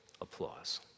applause